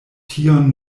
tion